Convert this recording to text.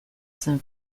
zen